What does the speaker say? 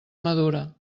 madura